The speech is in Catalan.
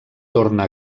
torna